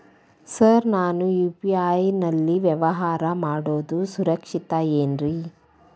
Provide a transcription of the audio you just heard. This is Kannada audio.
ಸರ್ ನಾನು ಯು.ಪಿ.ಐ ನಲ್ಲಿ ವ್ಯವಹಾರ ಮಾಡೋದು ಸುರಕ್ಷಿತ ಏನ್ರಿ?